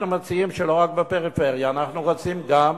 אנחנו מציעים שלא רק בפריפריה, אנחנו רוצים גם,